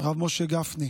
הרב משה גפני,